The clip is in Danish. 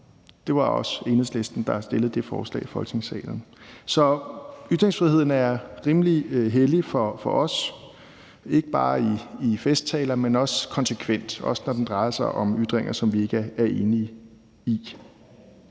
Det var også Enhedslisten, der fremsatte det forslag i Folketingssalen. Så ytringsfriheden er rimelig hellig for os ikke bare i festtaler, men også konsekvent, og også når det drejer sig om ytringer, som vi ikke er enige i.